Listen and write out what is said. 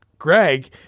Greg